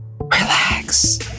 Relax